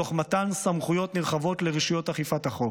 תוך מתן סמכויות נרחבות לרשויות לאכיפת החוק.